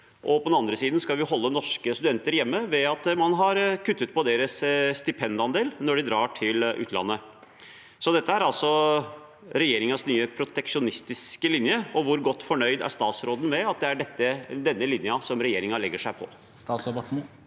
og på den andre siden skal vi holde norske studenter hjemme, ved at man har kuttet i deres stipendandel når de drar til utlandet. Så dette er altså regjeringens nye proteksjonistiske linje. Hvor godt fornøyd er statsråden med at det er denne linjen regjeringen legger seg på? Statsråd